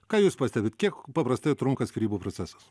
ką jūs pastebit kiek paprastai trunka skyrybų procesas